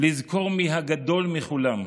לזכור מי הגדול מכולם,